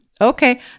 okay